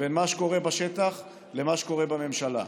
בין מה שקורה בשטח למה שקורה בממשלה.